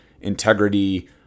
integrity